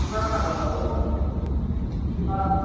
না না না না ওরকম না না